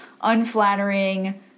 unflattering